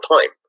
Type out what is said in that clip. time